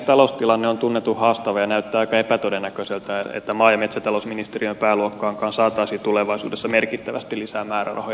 taloustilanne on tunnetun haastava ja näyttää aika epätodennäköiseltä että maa ja metsätalousministeriön pääluokkaankaan saataisiin tulevaisuudessa merkittävästi lisää määrärahoja